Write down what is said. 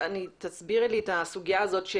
תסבירי לי את הסוגיה הזאת.